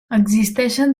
existeixen